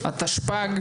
התרבות והספורט.